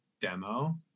demo